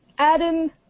Adam